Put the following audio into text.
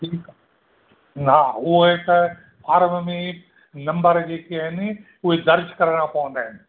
ठीकु आहे हा उहे त फॉर्म में नंबर जेके आहिनि उहे दर्ज करिणा पवंदा आहिनि